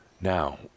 Now